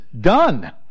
done